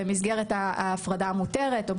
במסגרת ההפרדה המותרת.